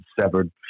severed